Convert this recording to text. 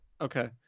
Okay